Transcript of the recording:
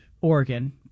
Oregon